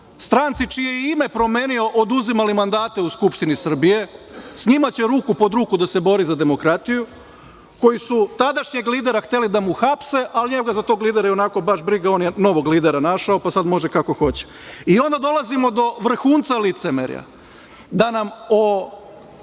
stranci, čije je ime promenio, oduzimali mandate u Skupštini Srbije. S njima će ruku pod ruku da se bori za demokratiju, koji su tadašnjeg lidera hteli da hapse, a njega za tog lidera baš briga. On je novog lidera našao, pa sad može kako hoće i onda dolazimo do vrhunca licemerja, da nam o